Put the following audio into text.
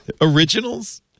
Originals